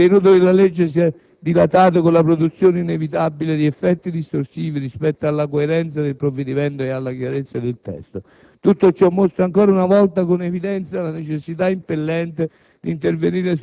Il contenuto della legge si è dilatato con la produzione inevitabile di effetti distorsivi rispetto alla coerenza del provvedimento e alla chiarezza del testo. Tutto ciò mostra ancora una volta con evidenza la necessità impellente